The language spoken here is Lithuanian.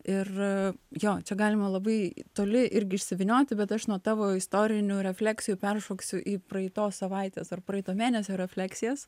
ir jo čia galima labai toli irgi išsivynioti bet aš nuo tavo istorinių refleksijų peršoksiu į praeitos savaitės ar praeito mėnesio refleksijas